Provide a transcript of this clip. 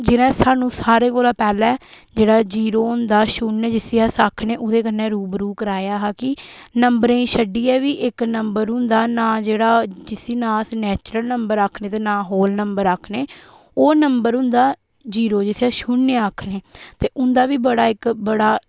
जि'नें सानू सारे कोला पैह्लैं जेह्ड़ा जीरो होंदा शुनेय जिसी अस आक्खने ओह्दे कन्नै रूबरू कराया हा कि नम्बरें गी छड्ढियै बी इक नम्बर होंदा ना जेह्ड़ा जिसी ना अस नैचरल नम्बर आक्खने ते ना होल नम्बर आक्खने ओह् नम्बर होंदा जीरो जिसी अस शून्य आक्खने ते उं'दा बी बड़ा इक बड़ा